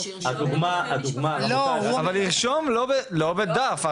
אבל לרשום לא בדף,